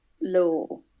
law